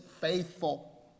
faithful